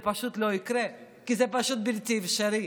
שזה פשוט לא יקרה, כי זה פשוט בלתי אפשרי.